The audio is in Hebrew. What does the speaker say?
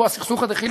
הסכסוך הזה, חיליק,